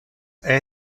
tote